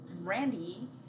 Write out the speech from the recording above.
Randy